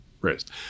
raised